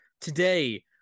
today